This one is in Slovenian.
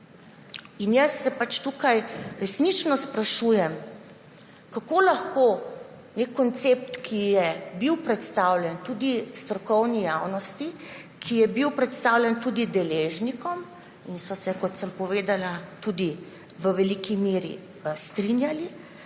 Jaz se tukaj resnično sprašujem, kako lahko je koncept, ki je bil predstavljen tudi strokovni javnosti, ki je bil predstavljen tudi deležnikom, ki so se, kot sem povedala, tudi v veliki meri strinjali,